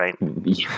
right